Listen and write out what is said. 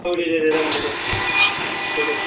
औ दे दे जागोन दे दे औ दे